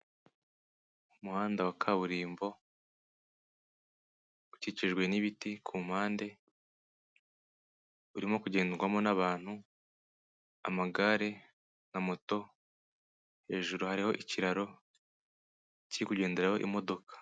Umuhanda wa kaburimbo ukikijwe n'ibiti ku mpande, urimo kugendwamo n'abantu, amagare na moto, hejuru hariho ikiraro kiri kugenderaho imodoka.